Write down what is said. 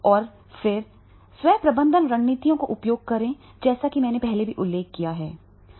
और फिर स्व प्रबंधन रणनीतियों का उपयोग करें जैसा कि मैंने पहले उल्लेख किया है